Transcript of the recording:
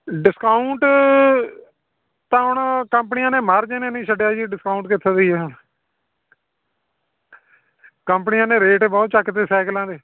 discount ਤਾਂ ਹੁਣ ਕੰਪਨੀਆਂ ਨੇ ਮਾਰਜਨ ਨਹੀਂ ਛੱਡਿਆ ਜੀ ਡਿਸਕਾਊਂਟ ਕਿੱਥੇ ਦਈਏ ਹੁਣ ਕੰਪਨੀਆਂ ਨੇ ਰੇਟ ਬਹੁਤ ਚੱਕ ਤੇ ਸਾਈਕਲਾਂ ਦੇ